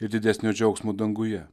ir didesnio džiaugsmo danguje